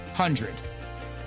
hundred